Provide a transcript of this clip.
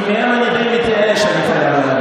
כי מהם אני מתחיל להתייאש, אני חייב לומר.